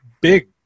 big